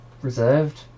reserved